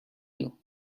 you